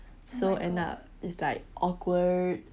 so end up it's like awkward